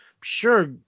sure